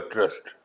Trust